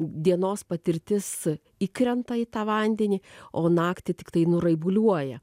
dienos patirtis įkrenta į tą vandenį o naktį tiktai nuraibuliuoja